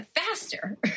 faster